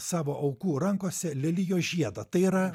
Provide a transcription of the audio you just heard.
savo aukų rankose lelijos žiedą tai yra